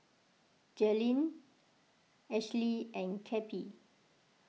Jalynn Ashlie and Cappie